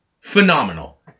phenomenal